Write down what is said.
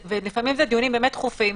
ולפעמים אלו דיונים דחופים,